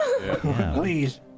please